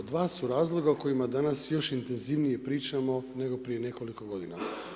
Dva su razloga o kojima danas još intenzivnije pričamo nego prije nekoliko godina.